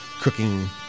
cooking